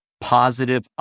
positive